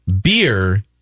beer